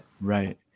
right